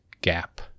gap